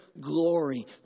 glory